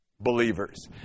believers